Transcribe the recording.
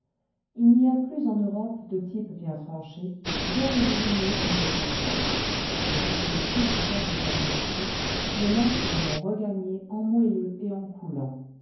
il n'y a plus en europe cle types bien tranchés bien originaux comme autrefois mais ce que les types ont perdu comme netteté les nations l'ont regagné en moelleux et en